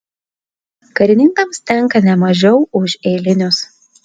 karininkams tenka ne mažiau už eilinius